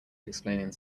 explaining